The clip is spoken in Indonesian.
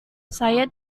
saya